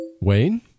wayne